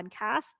podcast